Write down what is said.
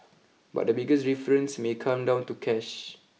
but the biggest difference may come down to cash